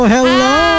Hello